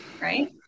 Right